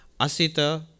Asita